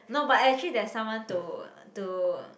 no but actually there's someone to to